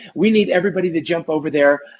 we need everybody to jump over there,